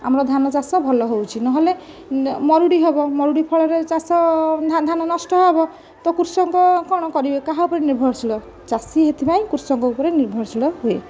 ଆମର ଧାନ ଚାଷ ଭଲ ହେଉଛି ନହେଲେ ମରୁଡ଼ି ହେବ ମରୁଡ଼ି ଫଳରେ ଚାଷ ଧାନ ନଷ୍ଟ ହେବ ତ କୃଷକ କ'ଣ କରିବେ କାହା ଉପରେ ନିର୍ଭରଶୀଳ ଚାଷୀ ସେଥିପାଇଁ କୃଷକ ଉପରେ ନିର୍ଭରଶୀଳ ହୁଏ